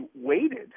waited